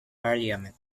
parliament